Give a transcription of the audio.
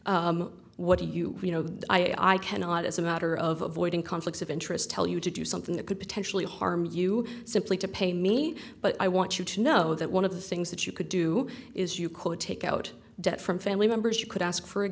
what do you you know i i cannot as a matter of avoiding conflicts of interest tell you to do something that could potentially harm you simply to pay me but i want you to know that one of the things that you could do is you could take out debt from family members you could ask for a